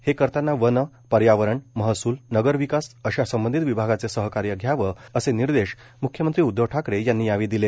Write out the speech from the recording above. हे करताना वन पर्यावरण महसूल नगरविकास अशा संबंधित विभागाचे सहकार्य घ्यावं असे निर्देश मुख्यमंत्री उदधव ठाकरे यांनी यावेळी दिले